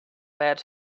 bed